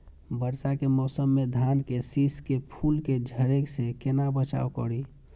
वर्षा के मौसम में धान के शिश के फुल के झड़े से केना बचाव करी?